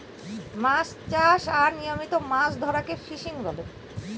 মাছ চাষ আর নিয়মিত মাছ ধরাকে ফিসিং বলে